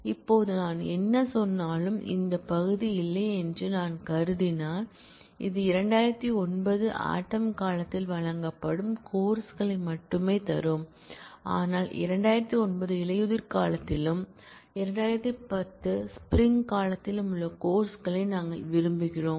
இப்போது நான் என்ன சொன்னாலும் இந்த பகுதி இல்லை என்று நான் கருதினால் இது 2009 ஆட்டம் காலத்தில்வழங்கப்படும் கோர்ஸ் களை மட்டுமே தரும் ஆனால் 2009 இலையுதிர்காலத்திலும் 2010 ஸ்ப்ரிங் காலத்திலும் உள்ள கோர்ஸ் களை நாங்கள் விரும்புகிறோம்